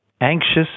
anxious